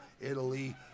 Italy